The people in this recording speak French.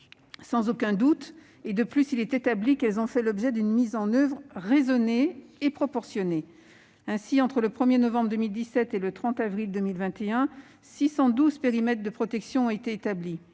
Sans aucun doute. De plus, il est établi qu'elles ont fait l'objet d'une mise en oeuvre raisonnée et proportionnée. Ainsi, entre le 1 novembre 2017 et le 30 avril 2021, quelque 612 périmètres de protection ont été établis,